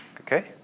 Okay